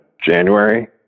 January